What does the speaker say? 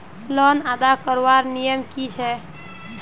Loan अदा करवार नियम की छे?